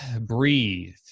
breathe